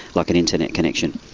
like an internet connection.